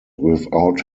without